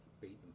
beaten